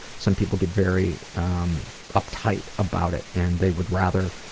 some people get very um uptight about it and they would rather,